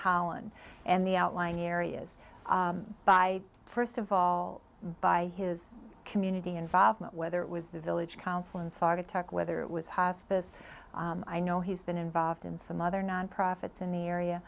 holland and the outlying areas by first of all by his community involvement whether it was the village council in saugatuck whether it was hospice i know he's been involved in some other non profits in the area